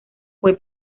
fue